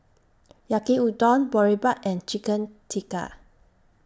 Yaki Udon Boribap and Chicken Tikka